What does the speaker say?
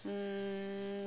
um